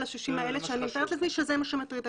ה-60 האלה שאני מתארת לעצמי שזה מה שמטריד,